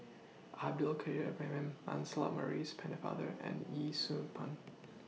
Abdul Kadir Ibrahim Lancelot Maurice Pennefather and Yee Siew Pun